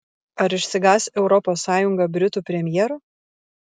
ar išsigąs europos sąjunga britų premjero